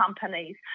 companies